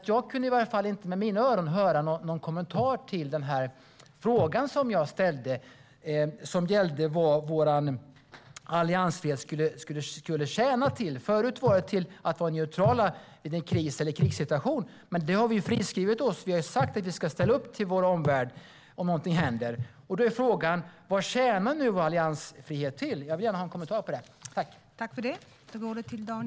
Jag kunde inte med mina öron höra någon kommentar till den fråga som jag ställde och som handlade om vad vår alliansfrihet skulle tjäna till. Tidigare var det att vi skulle vara neutrala i en kris eller krigssituation, men det har vi friskrivit oss ifrån. Vi har ju sagt att vi ska ställa upp för vår omvärld om det händer någonting. Min fråga är: Vad tjänar alliansfrihet till? Jag vill gärna ha en kommentar till den frågan.